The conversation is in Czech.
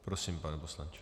Prosím, pane poslanče.